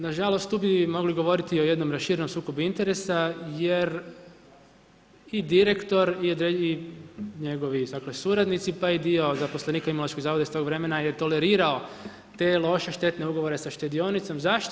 Nažalost tu bi mogli govoriti o jednom raširenom sukobu interesa jer i direktor i njegovi suradnici, pa i dio zaposlenika Imunološkog zavoda iz tog vremena je tolerirao te loše štetne ugovore sa štedionicom, zašto?